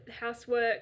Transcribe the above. housework